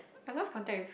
I lost contact with